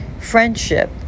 friendship